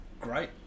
great